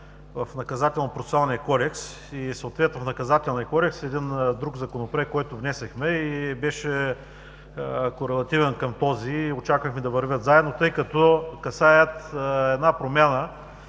в Наказателно-процесуалния кодекс и съответно в Наказателния кодекс – един друг Законопроект, който внесохме. Беше корелативен към този и очаквахме да вървят заедно, тъй като касаят една промяна